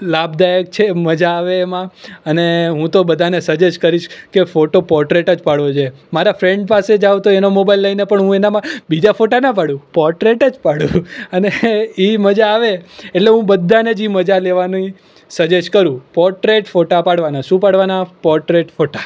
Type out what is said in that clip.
લાભદાયક છે મજા આવે એમાં અને હું તો બધાને સજ્જેસ્ટ કરીશ કે ફોટો પોર્ટ્રેટ જ પાડવો જોઈએ મારા ફ્રેન્ડ પાસે જાઉં તો એનો મોબાઈલ લઈને પણ હું એનામાં બીજા ફોટા ના પાડું પોર્ટ્રેટ જ પાડું અને એ મજા આવે એટલે હું બધાને જ એ મજા લેવાની સજેસ્ટ કરું પોટ્રેટ ફોટા પાડવાના શું પાડવાના પોટ્રેટ ફોટા